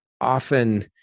often